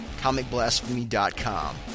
ComicBlasphemy.com